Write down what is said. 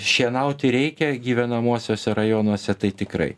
šienauti reikia gyvenamuosiuose rajonuose tai tikrai